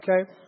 okay